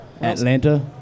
Atlanta